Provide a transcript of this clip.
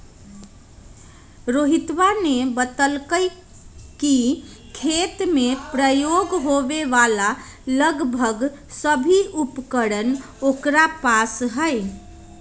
रोहितवा ने बतल कई कि खेत में प्रयोग होवे वाला लगभग सभी उपकरण ओकरा पास हई